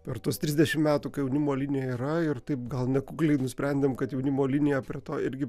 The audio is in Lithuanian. per tuos trisdešimt metų kai jaunimo linija yra ir taip gal nekukliai nusprendėm kad jaunimo linija prie to irgi